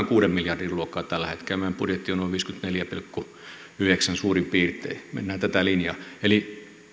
kuuden miljardin luokkaa tällä hetkellä meidän budjettimme on noin viisikymmentäneljä pilkku yhdeksän miljardia suurin piirtein mennään tätä linjaa eli